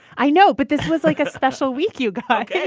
i know. but this was, like, a special week, you guys ok.